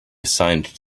assigned